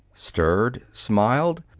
stirred, smiled,